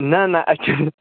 نَہ نَہ اَسہِ چھِ